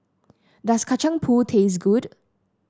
does Kacang Pool taste good